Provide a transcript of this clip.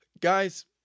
Guys